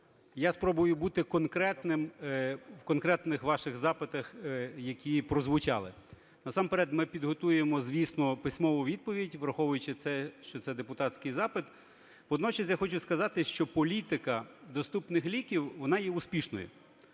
Я спробую бути конкретним в конкретних ваших запитах, які прозвучали. Насамперед, ми підготуємо, звісно, письмову відповідь, враховуючи те, що це депутатський запит. Водночас я хочу сказати, що політика доступних ліків, вона є успішною,